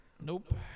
Nope